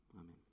Amen